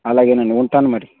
అలాగేనండీ ఉంటాను మరి